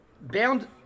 bound